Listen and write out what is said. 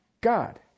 God